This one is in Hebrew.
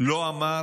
לא אמר